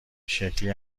شکلی